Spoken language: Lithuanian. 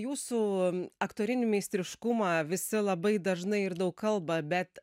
jūsų aktorinį meistriškumą visi labai dažnai ir daug kalba bet